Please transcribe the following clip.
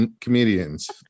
comedians